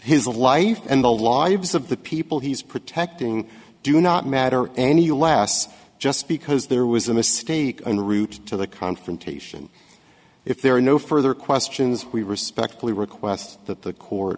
love life and the lives of the people he's protecting do not matter any last just because there was a mistake on route to the confrontation if there are no further questions we respectfully request that the court